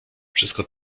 wszystko